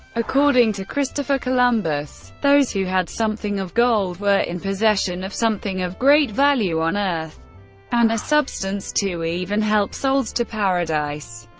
according to christopher columbus, those who had something of gold were in possession of something of great value on earth and a substance to even help souls to paradise.